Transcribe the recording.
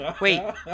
Wait